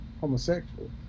homosexual